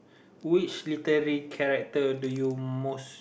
which literary character do you most